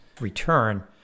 return